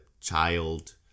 child